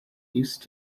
used